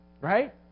right